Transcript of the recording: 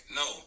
no